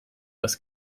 das